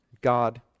God